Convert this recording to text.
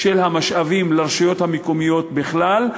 של המשאבים לרשויות המקומיות בכלל,